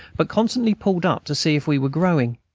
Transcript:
but constantly pulled up to see if we were growing.